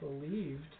believed